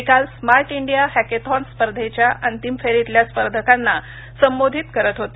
ते काल smart India hackathon स्पर्धेच्या अंतिम फेरीतल्या स्पर्धकांना संबोधित करत होते